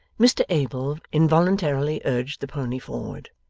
mr abel involuntarily urged the pony forward.